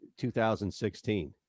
2016